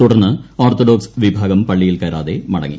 തുടർന്ന് ഓർത്തഡോക്സ് വിഭാഗം പള്ളിയിൽ കയറാതെ മടങ്ങി